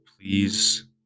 Please